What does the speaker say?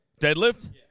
Deadlift